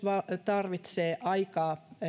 tarvitsee aikaa